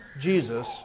Jesus